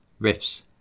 riffs